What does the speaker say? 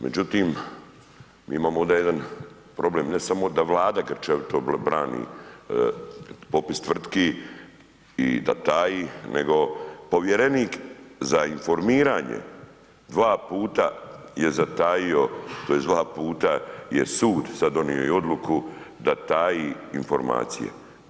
Međutim, mi imamo onda jedan problem ne samo da Vlada grčevito brani popis tvrtki i da taji nego povjerenik za informiranje dva puta je zatajio tj. dva puta je sud sad donio i odluku da taji informacije.